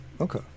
Okay